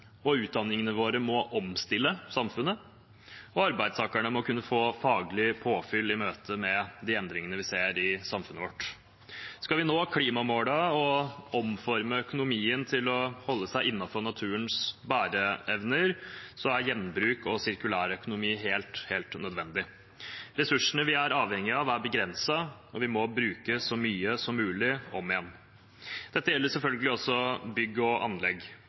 og utdanningene våre må omstille samfunnet. Arbeidstakerne må kunne få faglig påfyll i møte med de endringene vi ser i samfunnet vårt. Skal vi nå klimamålene og omforme økonomien til å holde seg innenfor naturens bæreevne, er gjenbruk og sirkulær økonomi helt, helt nødvendig. Ressursene vi er avhengige av, er begrenset, og vi må bruke så mye som mulig om igjen. Dette gjelder selvfølgelig også bygg og anlegg.